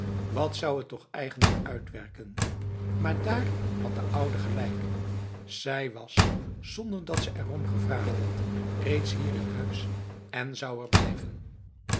wat zou het toch eigenlijk uitwerken maar daarin had de oude gelijk zij was zonder dat ze erom gevraagd had reeds hier in huis en zou er blijven